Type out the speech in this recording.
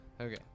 Okay